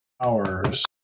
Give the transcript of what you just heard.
hours